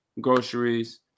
groceries